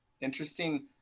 interesting